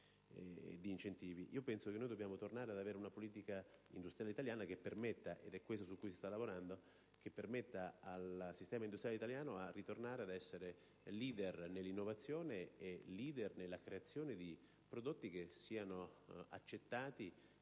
ed incentivi. Dobbiamo tornare ad avere una politica industriale italiana - su questo si sta lavorando - che permetta al sistema industriale italiano di ritornare ad essere leader nella innovazione e nella creazione di prodotti che siano accettati